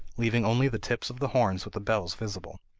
leaving only the tips of the horns with the bells visible.